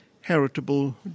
heritable